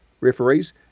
referees